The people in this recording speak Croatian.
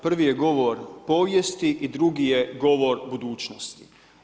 Prvi je govor povijesti i drugi je govor budućnosti.